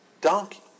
donkey